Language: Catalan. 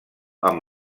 amb